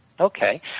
okay